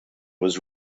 was